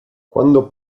quando